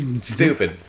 Stupid